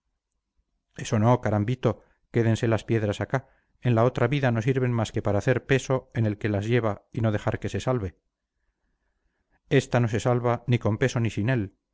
eso no carambito quédense las piedras acá en la otra vida no sirven más que para hacer peso en el que las lleva y no dejar que se salve esta no se salva ni con peso ni sin